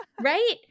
Right